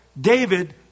David